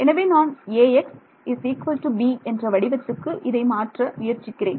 எனவே நான் Ax b என்ற வடிவத்துக்கு இதை மாற்ற முயற்சிக்கிறேன்